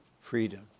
freedom